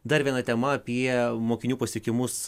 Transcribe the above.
dar viena tema apie mokinių pasiekimus